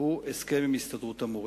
הוא הסכם עם הסתדרות המורים.